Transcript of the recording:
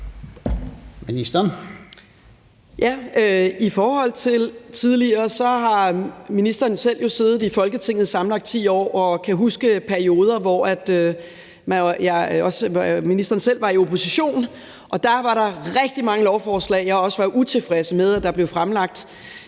Andersen): I forhold til tidligere har ministeren selv siddet i Folketinget i sammenlagt 10 år og kan huske perioder, hvor ministeren selv var i opposition, og dér blev der fremsat rigtig mange lovforslag, jeg også var utilfreds med i den periode, og